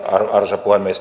arvoisa puhemies